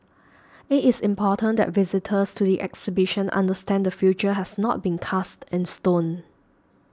it is important that visitors to the exhibition understand the future has not been cast in stone